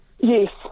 Yes